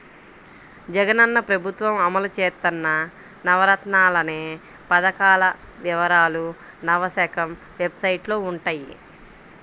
జగనన్న ప్రభుత్వం అమలు చేత్తన్న నవరత్నాలనే పథకాల వివరాలు నవశకం వెబ్సైట్లో వుంటయ్యి